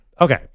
Okay